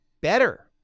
better